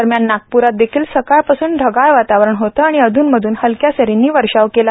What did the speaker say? दरम्यान नागप्रात देखील सकाळ पासून ढगाळ वातावरण होतं आणि अध्न मधून हलक्या सरींनी वर्षाव केला